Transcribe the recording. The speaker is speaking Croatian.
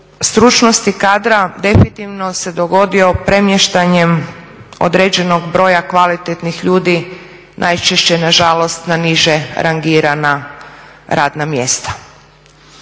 stručnosti kadra definitivno se dogodio premještanjem određenog broja kvalitetnih ljudi najčešće nažalost na niže rangirana radna mjesta.